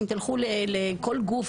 אם תלכו לכל גוף